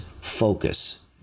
Focus